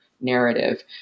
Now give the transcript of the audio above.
narrative